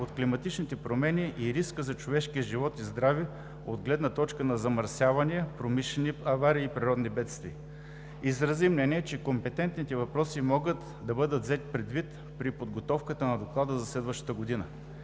от климатичните промени и риска за човешкия живот и здраве от гледна точка на замърсявания, промишлени аварии и природни бедствия. Изрази мнение, че коментираните въпроси могат да бъдат взети предвид при подготовката на Доклада за следващата година.